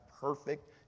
perfect